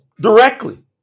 directly